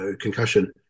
concussion